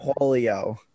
polio